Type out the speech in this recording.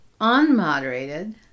unmoderated